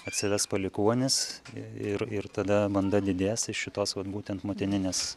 atsiras palikuonis ir ir tada banda didės iš šitos vat būtent motininės